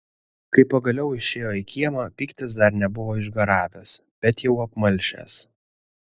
kai pagaliau išėjo į kiemą pyktis dar nebuvo išgaravęs bet jau apmalšęs